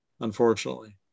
unfortunately